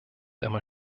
immer